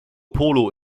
polo